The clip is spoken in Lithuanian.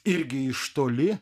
irgi iš toli